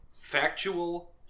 factual